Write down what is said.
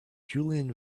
julian